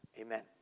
Amen